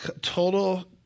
total